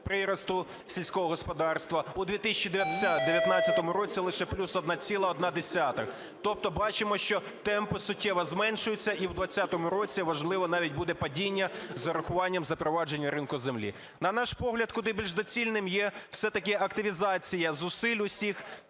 приросту сільського господарства, у 2019 році лише плюс 1,1. Тобто бачимо, що темпи суттєво зменшуються, і в 20-му році, можливо, навіть буде падіння з урахуванням запровадження ринку землі. На наш погляд, куди більш доцільним є все-таки активізація зусиль усіх